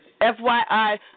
FYI